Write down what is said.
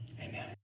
amen